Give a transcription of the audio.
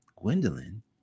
Gwendolyn